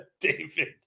David